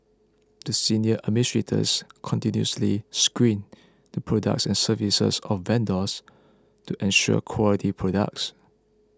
the senior administrators continuously screened the products and services of vendors to ensure quality products